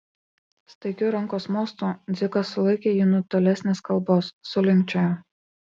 staigiu rankos mostu dzigas sulaikė jį nuo tolesnės kalbos sulinkčiojo